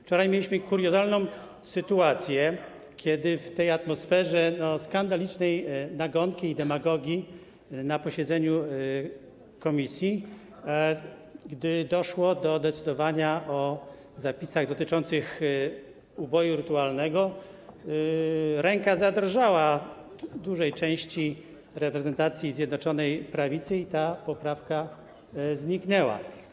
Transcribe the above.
Wczoraj mieliśmy kuriozalną sytuację, kiedy w atmosferze skandalicznej nagonki i demagogii na posiedzeniu komisji, gdy doszło do decydowania o zapisach dotyczących uboju rytualnego, ręka zadrżała dużej części reprezentacji Zjednoczonej Prawicy i ta poprawka zniknęła.